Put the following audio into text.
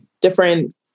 different